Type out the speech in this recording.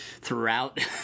throughout